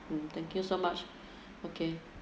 mm thank you so much okay